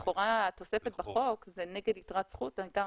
לכאורה התוספת בחוק היא נגד יתרת זכות והייתה